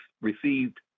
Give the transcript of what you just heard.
received